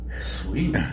sweet